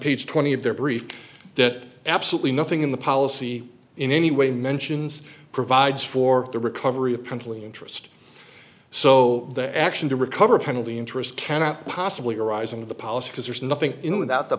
page twenty of their brief that absolutely nothing in the policy in any way mentions provides for the recovery of promptly interest so the action to recover penalty interest cannot possibly arise in the policy because there's nothing in without the